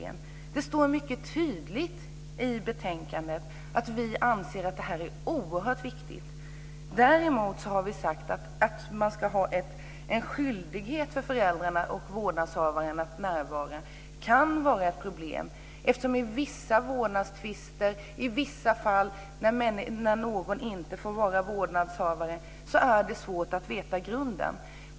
Det står mycket tydligt i betänkandet att vi anser att det här är oerhört viktigt. Däremot har vi sagt att en skyldighet för föräldrar och vårdnadshavare att närvara kan vara ett problem, eftersom det i vissa vårdnadstvister och i vissa fall när någon inte får vara vårdnadshavare kan vara svårt att veta grunden.